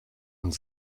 und